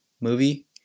movie